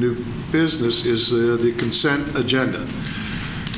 new business is the consent agenda